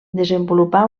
desenvolupà